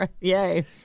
Yay